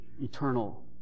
eternal